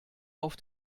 auf